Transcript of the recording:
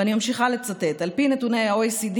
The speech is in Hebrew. ואני ממשיכה לצטט:" על פי נתוני ה-OECD,